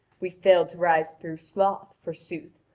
we failed to rise through sloth, forsooth,